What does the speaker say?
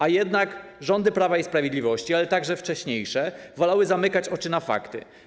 A jednak rządy Prawa i Sprawiedliwości, ale także wcześniejsze wolały zamykać oczy na fakty.